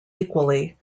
equally